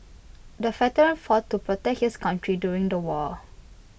the veteran fought to protect his country during the war